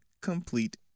complete